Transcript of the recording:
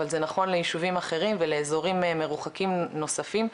אבל זה נכון לישובים אחרים ולאזורים מרוחקים נוספים,